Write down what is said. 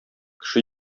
кеше